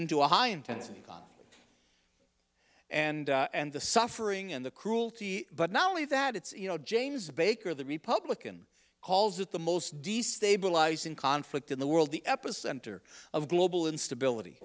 into a high intensity and and the suffering and the cruelty but not only that it's you know james baker the republican calls it the most destabilizing conflict in the world the epicenter of global instability